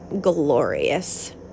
glorious